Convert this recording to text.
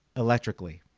electrically